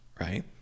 right